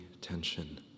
tension